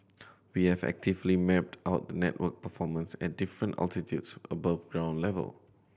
we have actively mapped out the network performance at different altitudes above ground level